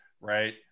right